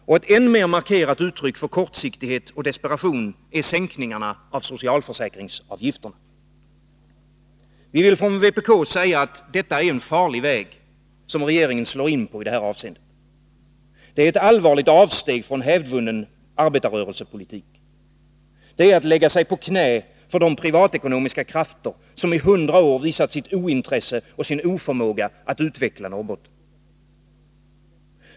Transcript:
Och ett än mer markerat uttryck för kortsiktighet och desperation är sänkningarna av socialförsäkringsavgifterna. Vi vill från vpk säga att det är en farlig väg som regeringen slår in på i detta avseende. Det är ett allvarligt avsteg från hävdvunnen arbetarrörelsepolitik. Det är att lägga sig på knä för de privatekonomiska krafter som i 100 år visat sitt ointresse och sin oförmåga att utveckla Norrbotten.